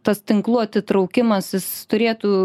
tas tinklų atitraukimas jis turėtų